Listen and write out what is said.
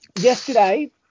yesterday